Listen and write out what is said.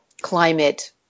climate